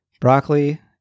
Broccoli